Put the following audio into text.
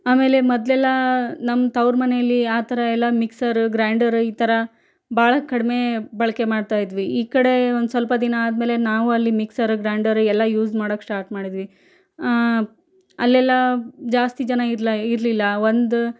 ಆಮೇಲೆ ಮೊದ್ಲೆಲ್ಲ ನಮ್ಮ ತವ್ರು ಮನೇಲಿ ಆ ಥರ ಎಲ್ಲ ಮಿಕ್ಸರ್ ಗ್ರಾಂಡರು ಈ ಥರ ಭಾಳ ಕಡಿಮೆ ಬಳಕೆ ಮಾಡ್ಇತಾದ್ವಿ ಈ ಕಡೆ ಒಂದು ಸ್ವಲ್ಪ ದಿನ ಆದಮೇಲೆ ನಾವು ಅಲ್ಲಿ ಮಿಕ್ಸರ್ ಗ್ರಾಂಡರ್ ಎಲ್ಲ ಯೂಸ್ ಮಾಡೋಕೆ ಸ್ಟಾರ್ಟ್ ಮಾಡಿದ್ವಿ ಅಲ್ಲೆಲ್ಲ ಜಾಸ್ತಿ ಜನ ಇರಲ್ಲ ಇರ್ಲಿಲ್ಲ ಒಂದು